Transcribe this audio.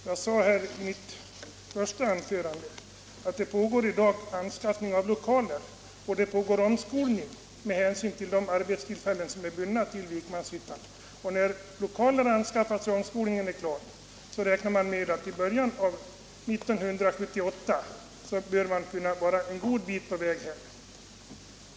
Herr talman! Jag sade i mitt första inlägg att det i dag pågår anskaffning av lokaler och att omskolning påbörjats med hänsyn till de arbetstillfällen som är bundna till Vikmanshyttan. När lokaler anskaffats och omskolningen är klar, räknar man med att kunna vara en god bit på väg, vilket beräknas vara klart i början av år 1978.